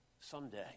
Someday